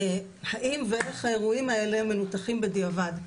האם ואיך האירועים האלה מנותחים בדיעבד.